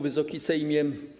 Wysoki Sejmie!